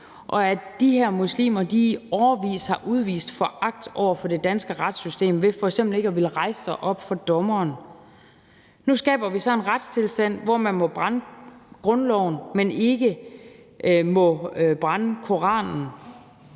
sharia. De her muslimer har i årevis udvist foragt over for det danske retssystem ved f.eks. ikke at ville rejse sig op for dommeren. Nu skaber vi så en retstilstand, hvor man må brænde grundloven, men ikke må brænde Koranen.